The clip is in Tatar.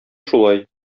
шулай